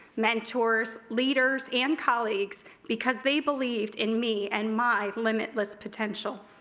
mentors, leaders and colleagues because they believed in me and my limitless potential.